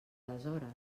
aleshores